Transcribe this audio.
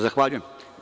Zahvaljujem.